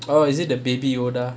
oh is it the baby yoda